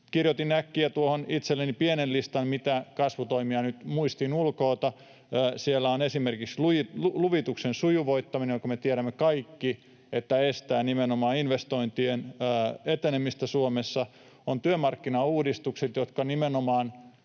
Kirjoitin äkkiä tuohon itselleni pienen listan, mitä kasvutoimia nyt muistin ulkoa: Siellä on esimerkiksi luvituksen, jonka me tiedämme kaikki estävän nimenomaan investointien etenemistä Suomessa, sujuvoittaminen. On työmarkkinauudistukset, jotka nimenomaan